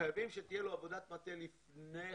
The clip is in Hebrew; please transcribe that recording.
חייבים שתהיה לו עבודת מטה לפני כן,